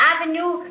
Avenue